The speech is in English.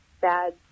bad